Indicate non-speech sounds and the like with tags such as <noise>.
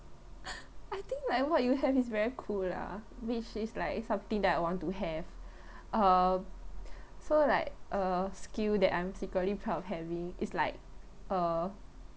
<laughs> I think like what you have is very cool lah which is like something that I want to have uh so like uh skill that I'm secretly proud of having it's like uh